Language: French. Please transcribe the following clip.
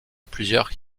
plusieurs